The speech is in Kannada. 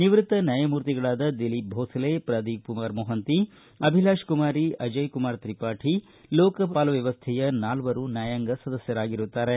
ನಿವೃತ್ತ ನ್ಯಾಯಮೂರ್ತಿಗಳಾದ ದಿಲೀಪ್ ಭೋಸಲೆ ಪ್ರದೀಪ್ಕುಮಾರ್ ಮೊಹಂತಿ ಅಭಿಲಾಷ ಕುಮಾರಿ ಅಜಯ್ ಕುಮಾರ್ ತ್ರಿಪಾಠಿ ಲೋಕಪಾಲ ವ್ವವಸ್ಟೆಯ ನಾಲ್ವರು ನ್ಕಾಯಾಂಗ ಸದಸ್ಕರಾಗಿರುತ್ತಾರೆ